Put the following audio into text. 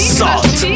salt